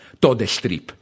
todestrip